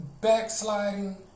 backsliding